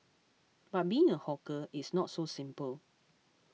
but being a hawker it's not so simple